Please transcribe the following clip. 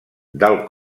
del